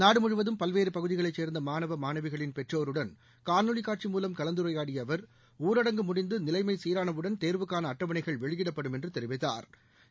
நாடு முழுவதும் பல்வேறு பகுதிகளை சேர்ந்த மாணவ மாணவிகளின் பெற்றோருடன் காணொலி காட்சி மூலம் கலந்துரையாடிய அவா் ஊரடங்கு முடிந்த நிலைமை சீரானவுடன் தேர்வுக்கான அட்டவணைகள் வெளியிடப்படும் என்று தெரிவித்தாா்